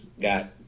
got